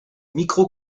micro